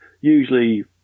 Usually